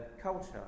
culture